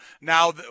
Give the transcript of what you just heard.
now